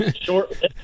short